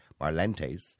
Marlantes